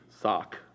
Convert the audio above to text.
sock